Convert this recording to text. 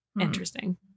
interesting